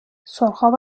سرخاب